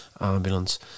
ambulance